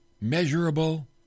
measurable